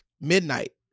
midnight